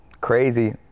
crazy